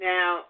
Now